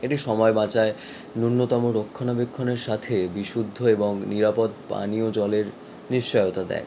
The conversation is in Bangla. এটি সময় বাঁচায় ন্যূনতম রক্ষণা বেক্ষণের সাথে বিশুদ্ধ এবং নিরাপদ পানীয় জলের নিশ্চয়তা দেয়